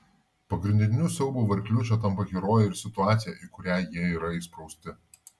pagrindiniu siaubo varikliu čia tampa herojai ir situacija į kurią jie yra įsprausti